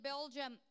Belgium